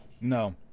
No